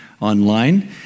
online